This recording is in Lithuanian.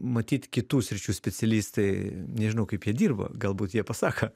matyt kitų sričių specialistai nežinau kaip jie dirba galbūt jie pasako